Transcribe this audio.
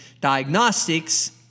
diagnostics